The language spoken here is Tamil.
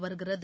வருகிறது